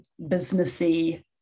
businessy